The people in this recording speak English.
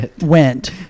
went